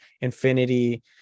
infinity